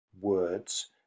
words